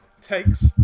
takes